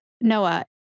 noah